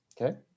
Okay